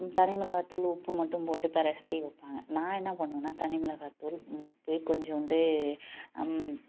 தனி மிளகாய்த்தூள் உப்பு மட்டும் போட்டு பிரட்டி வைப்பாங்க நான் என்ன பண்ணுவேன்னால் தனி மிளகாய்த்தூள் உப்பு கொஞ்சோன்டு அம்